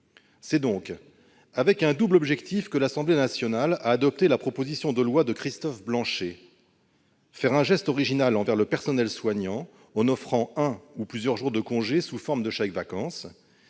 C'est donc dans un double objectif que l'Assemblée nationale a adopté la proposition de loi de Christophe Blanchet : faire un geste original envers le personnel soignant en offrant un ou plusieurs jours de congé sous forme de chèques-vacances